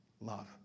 love